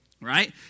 Right